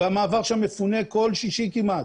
והמעבר שם מפונה כל שישי כמעט.